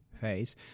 phase